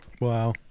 Wow